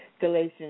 Galatians